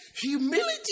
humility